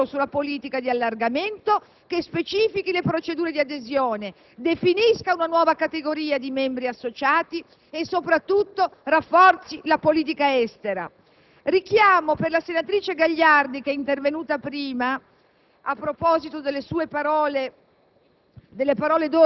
senza tralasciare però la creazione di un nuovo capitolo sulla politica di allargamento che specifichi la procedura di adesione, definisca una nuova categoria di membri associati e rinforzi la politica estera. Richiamo, per la senatrice Gagliardi che è intervenuta prima,